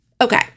Okay